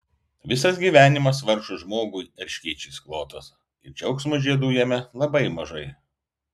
visas gyvenimas vargšui žmogui erškėčiais klotas ir džiaugsmo žiedų jame labai mažai